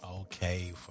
okay